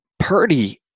Purdy